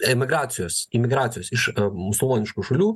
emigracijos imigracijos iš musulmoniškų šalių